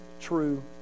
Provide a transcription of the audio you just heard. true